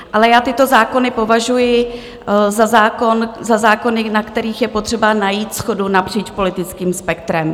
Ale já tyto zákony považuji za zákony, na kterých je potřeba najít shodu napříč politickým spektrem.